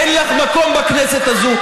אין לך מקום בכנסת הזאת.